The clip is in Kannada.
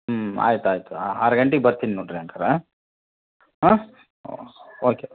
ಹ್ಞೂ ಆಯ್ತು ಆಯಿತು ಆರು ಗಂಟೆಗ್ ಬರ್ತೀನಿ ನೋಡಿರಿ ಹಂಗಾರೆ ಹಾಂ ಹಾಂ ಓಕೆ